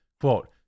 Quote